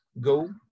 go